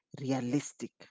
realistic